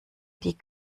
die